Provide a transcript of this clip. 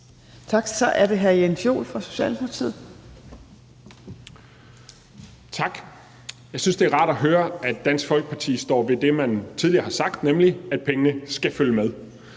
Tak. Så er det hr. Jens Joel fra Socialdemokratiet. Kl. 12:08 Jens Joel (S): Tak. Jeg synes, det er rart at høre, at Dansk Folkeparti står ved det, man tidligere har sagt, nemlig at pengene skal følge med.